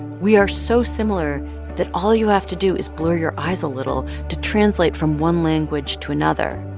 we are so similar that all you have to do is blur your eyes a little to translate from one language to another.